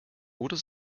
oder